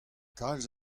kalz